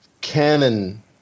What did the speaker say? canon